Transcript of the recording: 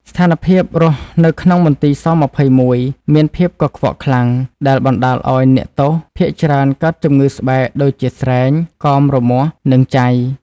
ស្ថានភាពរស់នៅក្នុងមន្ទីរស-២១មានភាពកខ្វក់ខ្លាំង ដែលបណ្តាលឱ្យអ្នកទោសភាគច្រើនកើតជំងឺស្បែកដូចជាស្រែង កមរមាស់ និងចៃ។